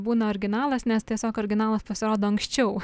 būna originalas nes tiesiog originalas pasirodo anksčiau